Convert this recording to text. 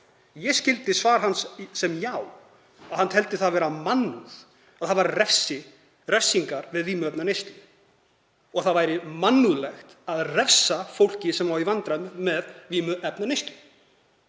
Ég skildi svar hans sem já, að hann teldi það vera mannúð að það væru refsingar við vímuefnaneyslu og það væri mannúðlegt að refsa fólki sem á í vandræðum með vímuefnaneyslu.